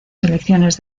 selecciones